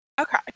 Okay